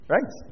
Right